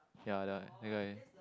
ya the that guy